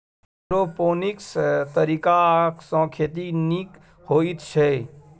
aeroponics तरीकासँ खेती नीक होइत छै